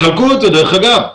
דרך אגב,